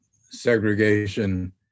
segregation